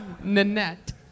Nanette